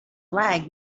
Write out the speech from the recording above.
lag